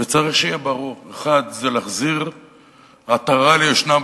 וצריך שיהיה ברור: 1. להחזיר עטרה ליושנה,